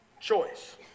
choice